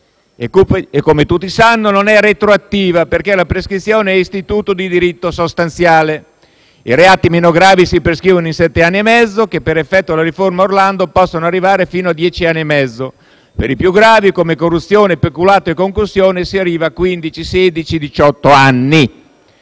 vigore nel 2020 e non è retroattiva, perché la prescrizione è istituto di diritto sostanziale. I reati meno gravi si prescrivono in sette anni e mezzo che, per effetto della riforma Orlando, possono arrivare fino a dieci anni e mezzo. Per i più gravi, come corruzione, peculato e concussione, si arriva a quindici,